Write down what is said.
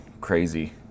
crazy